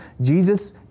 Jesus